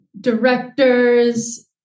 directors